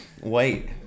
white